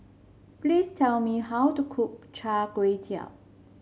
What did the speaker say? please tell me how to cook Char Kway Teow